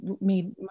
made